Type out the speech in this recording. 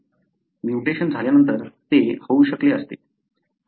mutation झाल्यानंतर ते होऊ शकले असते